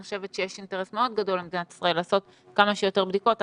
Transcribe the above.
אני חושבת שיש אינטרס מאוד גדול למדינת ישראל לעשות כמה שיותר בדיקות.